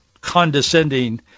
condescending